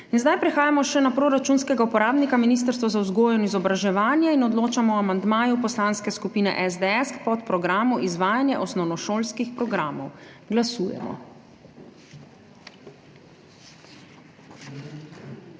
Prehajamo še na proračunskega uporabnika Ministrstvo za vzgojo in izobraževanje in odločamo o amandmaju Poslanske skupine SDS k podprogramu Izvajanje osnovnošolskih programov. Glasujemo.